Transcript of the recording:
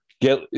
get